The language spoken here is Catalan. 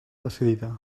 decidida